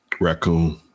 Raccoon